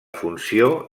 funció